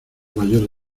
mayor